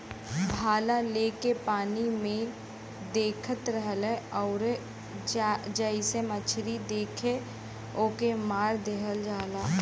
भाला लेके पानी में देखत रहलन आउर जइसे मछरी दिखे ओके मार देवल जाला